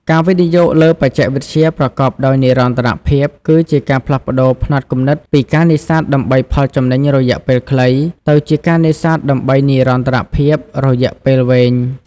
ការវិនិយោគលើបច្ចេកវិទ្យាប្រកបដោយនិរន្តរភាព គឺជាការផ្លាស់ប្តូរផ្នត់គំនិតពីការនេសាទដើម្បីផលចំណេញរយៈពេលខ្លី ទៅជាការនេសាទដើម្បីនិរន្តរភាពរយៈពេលវែង។